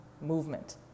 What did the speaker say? movement